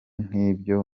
nk’ibyo